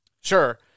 Sure